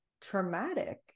traumatic